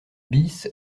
bis